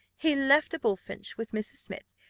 he left a bullfinch with mrs. smith,